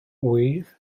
ŵydd